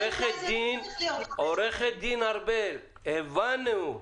עו"ד ארבל - הבנו.